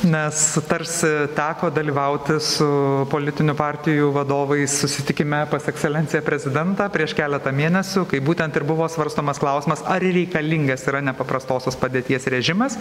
nes tarsi teko dalyvauti su politinių partijų vadovais susitikime pas ekscelenciją prezidentą prieš keletą mėnesių kaip būtent ir buvo svarstomas klausimas ar reikalingas yra nepaprastosios padėties režimas